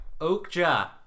Oakja